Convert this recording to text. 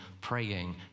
praying